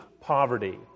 poverty